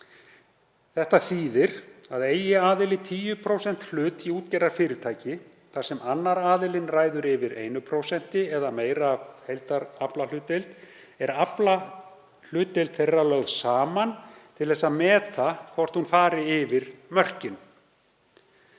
Þetta þýðir að eigi aðili 10% hlut í útgerðarfyrirtæki þar sem annar aðilinn ræður yfir 1% eða meira af heildaraflahlutdeild er aflahlutdeild þeirra lögð saman til þess að meta hvort hún fari yfir mörkin.